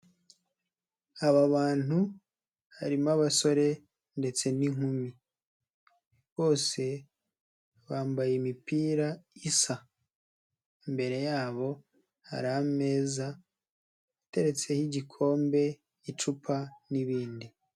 Aba bantu harimo abasore ndetse n'inkumi bose bambaye imipira isa, imbere yabo hari ameza iteretseho igikombe, icupa n'ibindi.